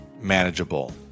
manageable